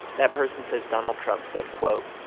that person says donald trump said, quote,